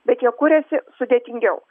bet jie kuriasi sudėtingiau